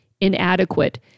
inadequate